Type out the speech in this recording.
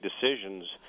decisions